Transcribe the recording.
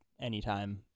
anytime